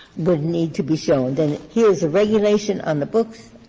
would need to be shown than here's regulation on the books,